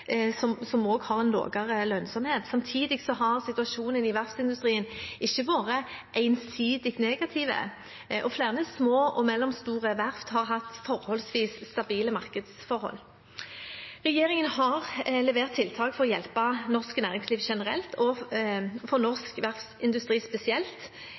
har en lavere lønnsomhet. Samtidig har situasjonen i verftsindustrien ikke vært ensidig negativ, og flere små og mellomstore verft har hatt forholdsvis stabile markedsforhold. Regjeringen har levert tiltak for å hjelpe norsk næringsliv generelt og for norsk verftsindustri spesielt